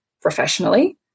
professionally